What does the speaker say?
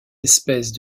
espèces